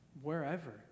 wherever